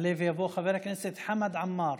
יעלה ויבוא חבר הכנסת חמד עמאר,